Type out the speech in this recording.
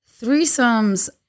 threesomes